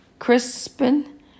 Crispin